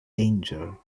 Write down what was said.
danger